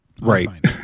Right